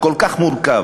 וכל כך מורכב,